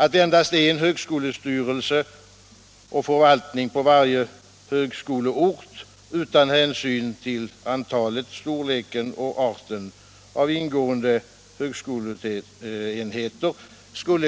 Att ha endast en högskolestyrelse och förvaltning på varje högskoleort utan hänsyn till antalet, storleken och arten av ingående högskoleenheter